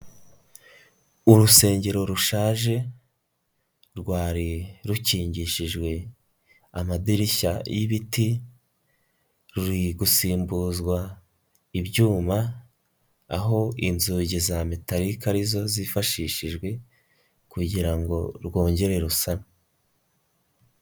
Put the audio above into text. Urusengero rushaje rwari rukingishijwe amadirishya y'ibiti, ruri gusimbuzwa ibyuma aho inzugi za metalike arizo zifashishijwe kugira ngo rwongere rusanwe.